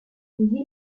des